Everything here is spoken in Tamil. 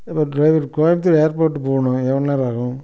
எப்பா டிரைவர் கோயம்புத்தூர் ஏர்போர்ட் போகணும் எவ்வளோ நேரம் ஆகும்